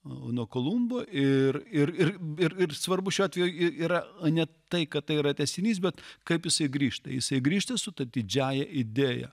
nuo kolumbo ir ir ir ir svarbu šiuo atveju yra na ne tai kad tai yra tęsinys bet kaip jisai grįžta jisai grįžta su ta didžiąja idėja